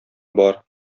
бар